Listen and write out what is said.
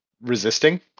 resisting